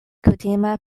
kutima